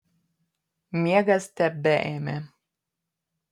miegas tebeėmė